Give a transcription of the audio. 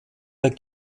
der